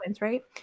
right